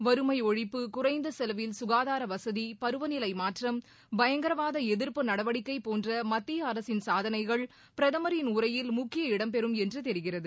வறுமை ஒழிப்பு குறைந்த செலவில் சுகாதார வசதி பருவநிலை மாற்றம் பயங்கரவாத எதிர்ப்பு நடவடிக்கை போன்ற மத்திய அரசின் சாதனைகள் பிரதமரின் உரையில் முக்கிய இடம்பெறும் என்று தெரிகிறது